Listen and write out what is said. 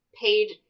paid